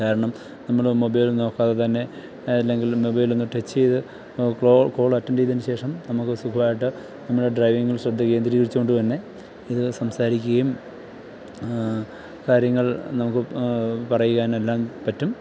കാരണം നമ്മുടെ മൊബൈൽ നോക്കാതെ തന്നെ അല്ലെങ്കിൽ മൊബൈലൊന്ന് ടെച്ച് ചെയ്ത് കോൾ അറ്റൻഡ് ചെയ്തതിന് ശേഷം നമുക്ക് സുഖമായിട്ട് നമ്മുടെ ഡ്രൈവിങ്ങിൽ ശ്രദ്ധ കേന്ദ്രീകരിച്ചുകൊണ്ട് തന്നെ ഇതിൽ സംസാരിക്കുകയും കാര്യങ്ങൾ നമുക്ക് പറയുവാൻ എല്ലാം പറ്റും